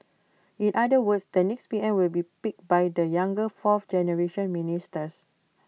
in other words the next P M will be picked by the younger fourth generation ministers